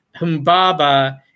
Humbaba